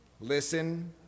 listen